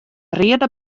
reade